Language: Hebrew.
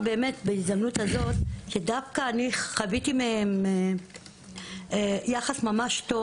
בהזדמנות זו אני רוצה לומר שאני דווקא חוויתי מהם יחס ממש טוב